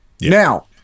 Now